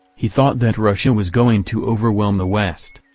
he thought that russia was going to overwhelm the west.